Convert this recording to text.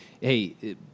hey